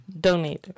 donate